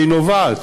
והיא נובעת